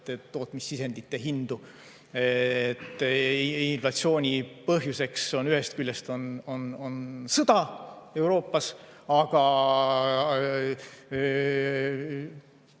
tootmissisendite hindu. Inflatsiooni põhjuseks on ühest küljest sõda Euroopas, aga